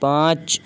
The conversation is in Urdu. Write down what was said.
پانچ